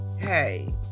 hey